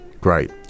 Great